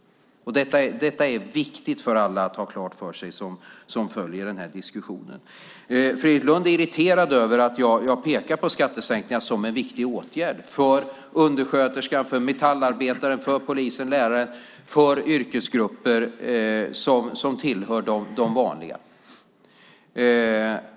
Det är viktigt för alla som följer denna debatt att ha det klart för sig. Fredrik Lundh är irriterad över att jag pekar på skattesänkningar som en viktig åtgärd för undersköterskan, metallarbetaren, polisen, läraren, yrkesgrupper som tillhör de vanliga.